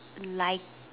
like